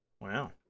Wow